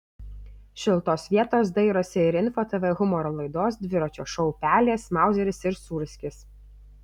šiltos vietos dairosi ir info tv humoro laidos dviračio šou pelės mauzeris ir sūrskis